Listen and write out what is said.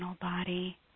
body